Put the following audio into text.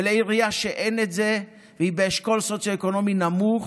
ועירייה שאין לה את זה והיא באשכול סוציו-אקונומי נמוך,